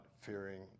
fearing